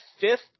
fifth